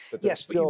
Yes